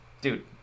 Dude